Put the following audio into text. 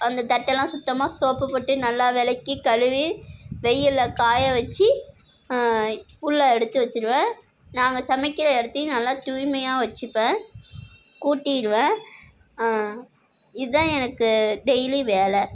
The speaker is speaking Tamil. அந்த தட்டலாம் சுத்தமாக சோப்பு போட்டு நல்லா விளக்கி கழுவி வெயில்ல காய வச்சு உள்ள எடுத்து வச்சிடுவேன் நாங்கள் சமைக்கிற இடத்தையும் நல்லா தூய்மையாக வச்சிப்பேன் கூட்டிடுவேன் இதான் எனக்கு டெய்லி வேலை